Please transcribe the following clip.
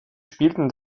spielten